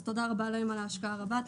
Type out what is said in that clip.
תודה רבה להם על ההשקעה הרבה.